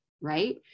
right